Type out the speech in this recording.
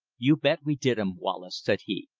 you bet we did em, wallace, said he,